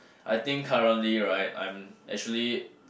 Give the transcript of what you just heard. I think currently right I'm actually